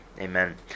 Amen